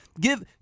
Give